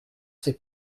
ses